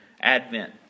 Advent